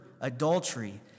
adultery